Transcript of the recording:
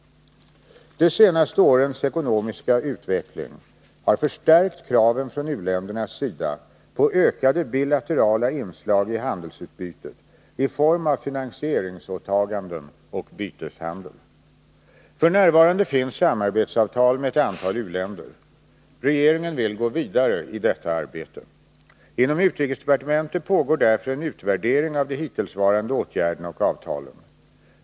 De senaste årens ekonomiska utveckling har förstärkt kraven från u-ländernas sida på ökade bilaterala inslag i handelsutbytet i form av finansieringsåtaganden och byteshandel. F. n. finns samarbetsavtal med ett antal u-länder. Regeringen vill gå vidare idetta arbete. Inom utrikesdepartementet pågår därför en utvärdering av de hittillsvarande åtgärderna och avtalen.